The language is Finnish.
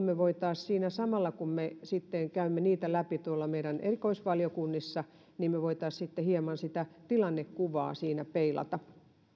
me voisimme samalla kun me sitten käymme niitä läpi tuolla meidän erikoisvaliokunnissa hieman sitä tilannekuvaa siinä peilata